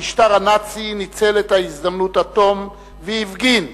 המשטר הנאצי ניצל את ההזדמנות עד תום והפגין,